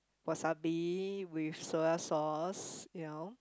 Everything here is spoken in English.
wasabi with soya sauce you know